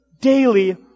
daily